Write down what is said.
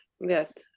Yes